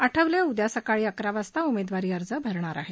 आठवले उद्या सकाळी अकरा वाजता उमेदवारी अर्ज भरणार आहेत